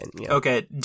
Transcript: Okay